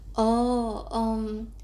oh um